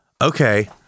okay